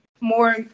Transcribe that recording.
more